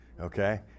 Okay